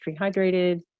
rehydrated